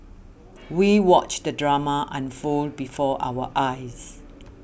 we watched the drama unfold before our eyes